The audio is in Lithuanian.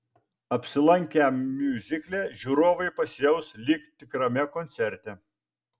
apsilankę miuzikle žiūrovai pasijaus lyg tikrame koncerte